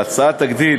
ההצעה תגדיל